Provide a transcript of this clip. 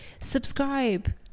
subscribe